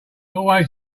always